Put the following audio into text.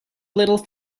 little